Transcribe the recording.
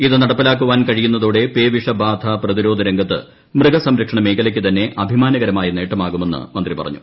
ഇത് നടപ്പിലാക്കുവാൻ കഴിയുന്നതോടെ പേവിഷബാധപ്രതിരോധ രംഗത്ത് മൃഗ്ഗസ്ട്രക്ഷണ മേഖലയ്ക്കു തന്നെ അഭിമാനകരമായ നേട്ടമാകുമ്മീന്ന് മന്ത്രി പറഞ്ഞു